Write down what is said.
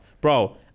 Bro